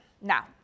Now